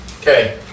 Okay